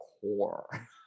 core